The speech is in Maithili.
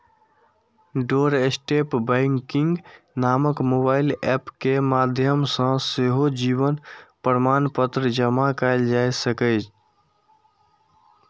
डोरस्टेप बैंकिंग नामक मोबाइल एप के माध्यम सं सेहो जीवन प्रमाणपत्र जमा कैल जा सकैए